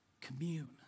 commune